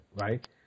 right